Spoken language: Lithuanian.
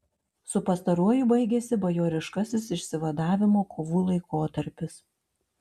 su pastaruoju baigėsi bajoriškasis išsivadavimo kovų laikotarpis